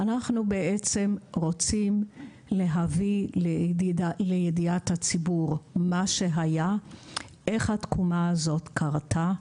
אנחנו רוצים להביא לידיעה על איך התקומה הזאת קרתה.